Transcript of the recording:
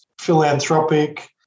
philanthropic